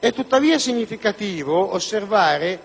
È tuttavia significativo osservare